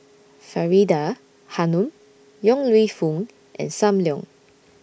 Faridah Hanum Yong Lew Foong and SAM Leong